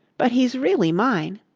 but he's really mine.